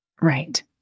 Right